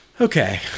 Okay